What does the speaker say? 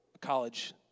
college